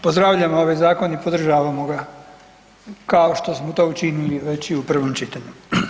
Pozdravljam ovaj zakon i podržavamo ga kao što smo to učinili već i u prvom čitanju.